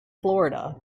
florida